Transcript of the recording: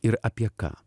ir apie ką